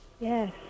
Yes